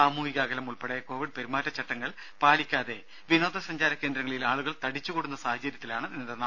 സാമൂഹിക അകലം ഉൾപ്പെടെ കോവിഡ് പെരുമാറ്റച്ചട്ടങ്ങൾ പാലിക്കാതെ വിനോദ സഞ്ചാര കേന്ദ്രങ്ങളിൽ ആളുകൾ തടിച്ചുകൂടുന്ന സാഹചര്യത്തിലാണ് നിയന്ത്രണം